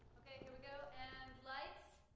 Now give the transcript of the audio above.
here we go. and lights.